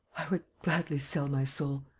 i would gladly sell my soul!